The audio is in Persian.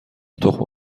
تخم